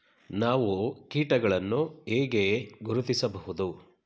ನಾವು ಕೀಟಗಳನ್ನು ಹೇಗೆ ಗುರುತಿಸಬಹುದು?